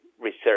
research